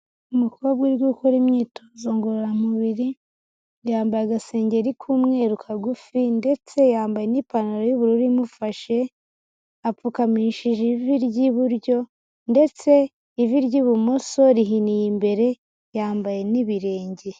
Umukobwa uri gukora imyitozo ngororamubiri, yambaye agasengeri k'umweru kagufi, ndetse yambaye n'ipantaro y'ubururu imufashe, apfukamishije ivi ry'iburyo, ndetse ivi ry'ibumoso rihiniye imbere, yambaye n'ibirenge.